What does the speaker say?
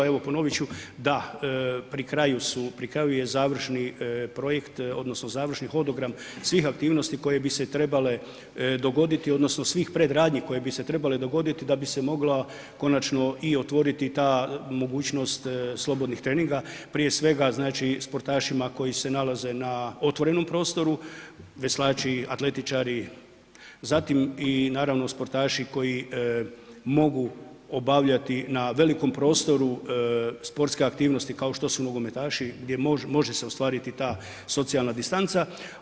a evo ponovit ću da pri kraju je završni projekt odnosno završni hodogram svih aktivnosti koje bi se trebale dogoditi odnosno svih predradnji koje bi se trebale dogoditi da bi se mogla konačno otvoriti ta mogućnost slobodnih treninga, prije svega sportašima koji se nalaze na otvorenom prostoru, veslači, atletičari zatim i naravno sportaši koji mogu obavljati na velikom prostoru sportske aktivnosti kao što su nogometaši gdje se može ostvariti ta socijalna distanca.